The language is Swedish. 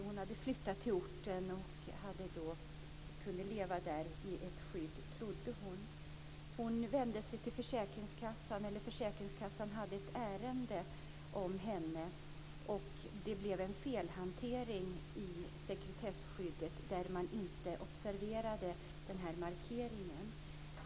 Hon hade flyttat till orten och trodde att hon kunde leva där i ett skydd. Försäkringskassan hade ett ärende om henne, och det blev en felhantering när det gällde sekretesskyddet. Man observerade inte den här markeringen.